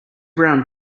brown